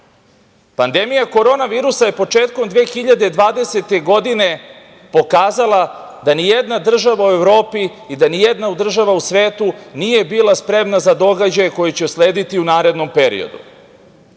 korona virusa je početkom 2020. godine, pokazala da nijedna država u Evropi i da nijedna država u svetu nije bila spremna za događaj koji će uslediti u narednom